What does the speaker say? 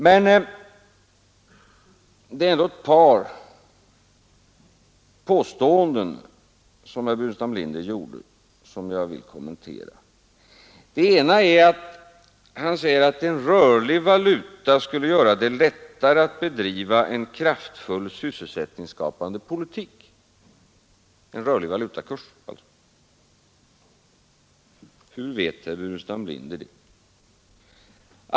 Herr Burenstam Linder gjorde dock ett par påståenden som jag vill kommentera. Han sade att en rörlig valutakurs skulle göra det lättare att bedriva en kraftfull sysselsättningsskapande politik. Hur vet herr Burenstam Linder det?